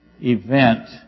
event